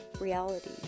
reality